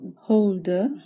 holder